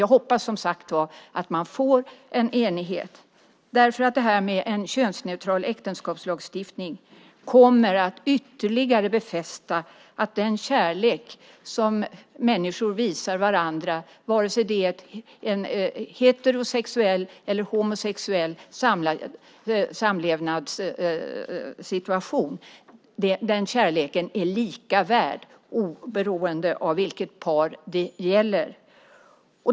Jag hoppas, som sagt, att man får en enighet därför att en könsneutral äktenskapslagstiftning kommer ytterligare att befästa att den kärlek som människor visar varandra, vare sig det är i en heterosexuell eller i en homosexuell samlevnadssituation, är lika mycket värd oberoende av vilket par det gäller.